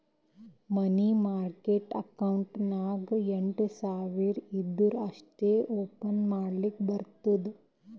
ಮನಿ market account ನಾಗ್ ಎಂಟ್ ಸಾವಿರ್ ಇದ್ದೂರ ಅಷ್ಟೇ ಓಪನ್ ಮಾಡಕ್ ಬರ್ತುದ